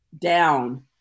down